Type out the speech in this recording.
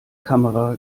kamera